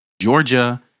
Georgia